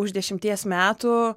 už dešimties metų